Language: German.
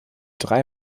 drei